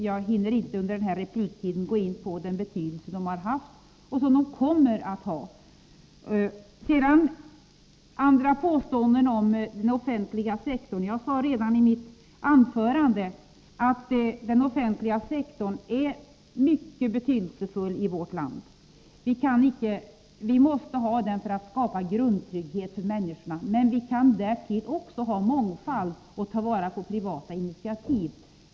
Jag hinner inte på den korta repliktiden gå in på den betydelse de haft och kommer att ha. Det gjordes andra påståenden om den offentliga sektorn. Jag sade redan i mitt anförande att den offentliga sektorn är mycket betydelsefull i vårt land. Vi måste ha den för att skapa grundtrygghet för människorna. Men vi kan därtill också ha mångfald och ta vara på privata initiativ.